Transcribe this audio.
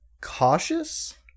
cautious